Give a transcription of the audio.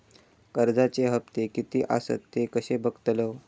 कर्जच्या हप्ते किती आसत ते कसे बगतलव?